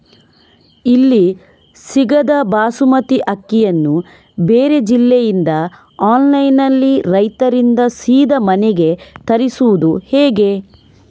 ಇಲ್ಲಿ ಸಿಗದ ಬಾಸುಮತಿ ಅಕ್ಕಿಯನ್ನು ಬೇರೆ ಜಿಲ್ಲೆ ಇಂದ ಆನ್ಲೈನ್ನಲ್ಲಿ ರೈತರಿಂದ ಸೀದಾ ಮನೆಗೆ ತರಿಸುವುದು ಹೇಗೆ?